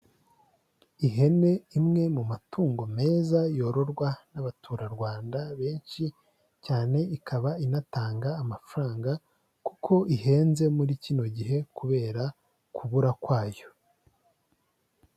Ihene imwe mu matungo meza yororwa n'abaturarwanda benshi cyane, ikaba inatanga amafaranga kuko ihenze muri kino gihe kubera kubura kwayo.